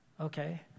okay